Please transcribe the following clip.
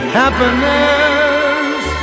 happiness